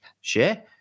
Share